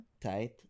Tight